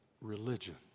religion